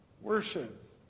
worship